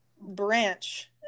branch